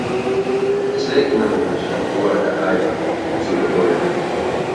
sveikiname jus lorde aido sugiedojome